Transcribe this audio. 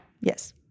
Yes